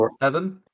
Evan